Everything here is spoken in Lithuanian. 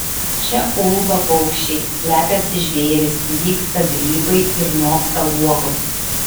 čia ulba paukščiai slepiasi žvėrys dygsta grybai ir noksta uogos